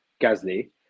Gasly